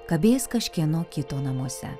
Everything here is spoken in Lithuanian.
kabės kažkieno kito namuose